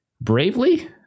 bravely